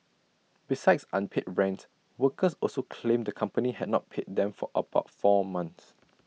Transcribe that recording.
besides unpaid rent workers also claimed the company had not paid them for about four months